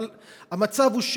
אבל המצב הוא,